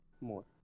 more